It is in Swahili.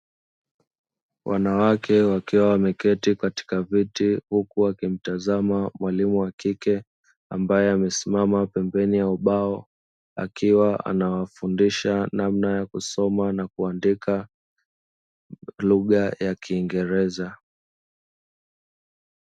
Wanawake wakiwa wameketi katika viti huku wakimtazama mwalimu wa kike ambaye amesimama pembeni ya ubao, akiwa anawafundisha namna ya kusoma na kuandika lugha ya kiingereza.